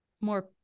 more